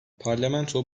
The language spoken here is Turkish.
parlamento